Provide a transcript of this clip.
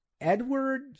Edward